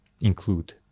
include